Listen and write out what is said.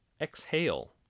Exhale